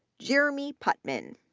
jeremy putnam, and